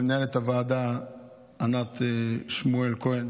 למנהלת הוועדה ענת שמואל כהן